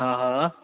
हा हा